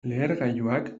lehergailuak